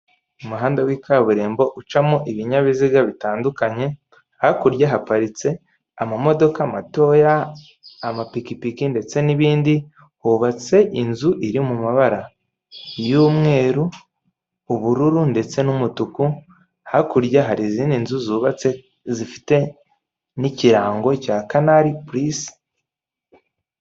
Umuhanda w'ikaburimbo ucamo ibinyabiziga bitandukanye, hakurya haparitse amamodoka matoya, amapikipiki ndetse n'ibindi, hubatse inzu iri mu mabara y'umweru, ubururu, ndetse n'umutuku, hakurya hari izindi zubatse zifite n'ikirango cya kanali pulisi.